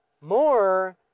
more